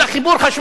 כמו אל מגרון,